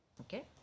Okay